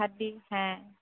হাড্ডি হ্যাঁ